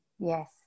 yes